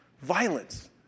Violence